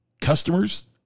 customers